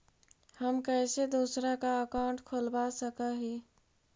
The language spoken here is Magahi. हम कैसे दूसरा का अकाउंट खोलबा सकी ही?